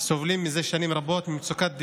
סובלים שנים רבות ממצוקת דיור,